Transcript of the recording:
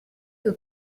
que